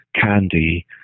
candy